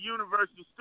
Universal